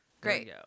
Great